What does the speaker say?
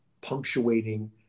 punctuating